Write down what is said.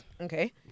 Okay